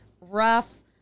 rough